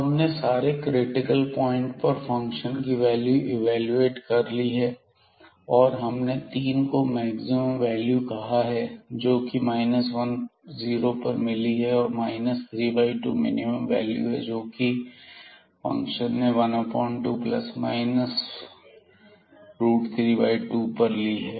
हमने सारे critical point पर फंक्शन की वैल्यू इवेलुएट कर ली है और हमने 3 को मैक्सिमम वैल्यू कहा है जो की 10 पर मिली है और 32 मिनिमम वैल्यू है जो फंक्शन ने 12±32 पर ली है